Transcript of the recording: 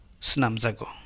snamzago